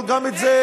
אבל גם את זה,